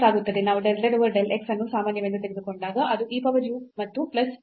ನಾವು del z over del x ಅನ್ನು ಸಾಮಾನ್ಯವೆಂದು ತೆಗೆದುಕೊಂಡಾಗ ಅದು e power u ಮತ್ತು plus e power minus v ಆಗುತ್ತದೆ